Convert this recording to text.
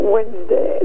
Wednesday